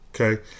okay